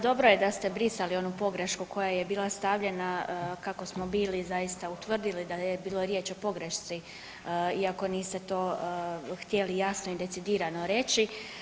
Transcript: Dobro je da ste brisali onu pogrešku koja je bila stavljena kako smo bili zaista utvrdili da bila riječ o pogrešci iako niste to htjeli jasno i decidirano reći.